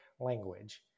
language